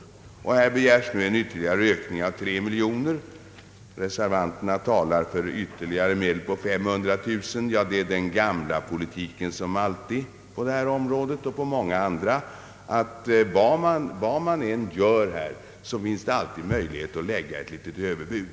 I årets statsverksproposition begärs nu ytterligare en ökning med tre miljoner kronor. Reservanterna föreslår därutöver alltså en höjning på 500 000 kronor. Det är den gamla politiken på detta område som på många andra områden, att vad man än gör så finns det alltid möjlighet att lägga ett litet överbud.